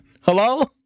hello